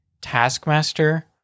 Taskmaster